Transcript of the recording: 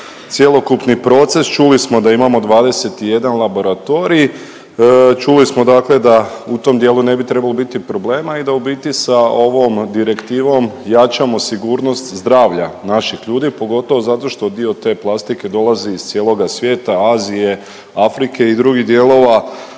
cjelokupni proces. Čuli smo da imamo 21 laboratorij, čuli smo dakle da u tom dijelu ne bi trebalo biti problema i da u biti sa ovom direktivom jačamo sigurnost zdravlja naših ljudi, pogotovo zato što dio te plastike dolazi iz cijeloga svijeta, Azije, Afrike i drugih dijelova